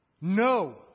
No